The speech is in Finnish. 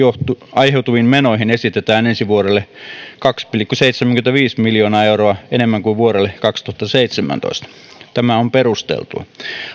aiheutuviin menoihin esitetään ensi vuodelle kaksi pilkku seitsemänkymmentäviisi miljoonaa euroa enemmän kuin vuodelle kaksituhattaseitsemäntoista tämä on perusteltua